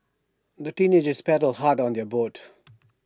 the teenagers paddled hard on their boat